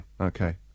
Okay